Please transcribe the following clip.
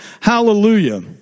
Hallelujah